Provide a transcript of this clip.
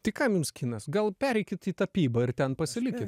tai kam jums kinas gal pereikit į tapybą ir ten pasilikit